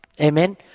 Amen